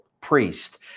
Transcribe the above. Priest